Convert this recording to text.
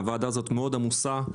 הוועדה הזאת עמוסה מאוד.